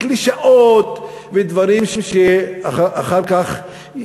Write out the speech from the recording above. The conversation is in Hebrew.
קלישאות ודברים שאחר כך,